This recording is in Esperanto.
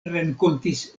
renkontis